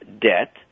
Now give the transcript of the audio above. debt